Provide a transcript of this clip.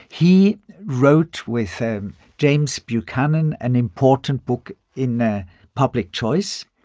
he wrote with um james buchanan an important book in ah public choice,